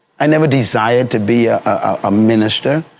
i never desired to be a ah minister.